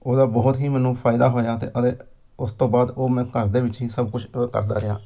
ਉਹਦਾ ਬਹੁਤ ਹੀ ਮੈਨੂੰ ਫ਼ਾਇਦਾ ਹੋਇਆ ਤੇ ਅਤੇ ਉਸ ਤੋਂ ਬਾਅਦ ਉਹ ਮੈਂ ਘਰ ਦੇ ਵਿੱਚ ਹੀ ਸਭ ਕੁਛ ਅ ਕਰਦਾ ਰਿਹਾ